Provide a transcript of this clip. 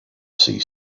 see